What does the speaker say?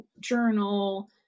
journal